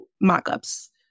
mock-ups